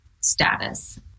status